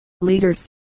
leaders